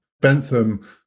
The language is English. Bentham